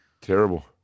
terrible